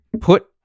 put